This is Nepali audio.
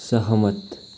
सहमत